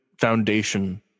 foundation